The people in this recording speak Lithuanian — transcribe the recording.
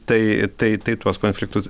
tai tai tai tuos konfliktus